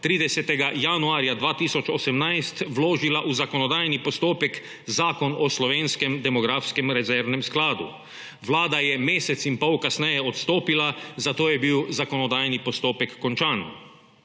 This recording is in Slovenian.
30. januarja 2018, vložila v zakonodajni postopek zakon o slovenskem demografskem rezervnem skladu. Vlada je mesec in pol kasneje odstopila, zato je bil zakonodajni postopek končan.